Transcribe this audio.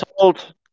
told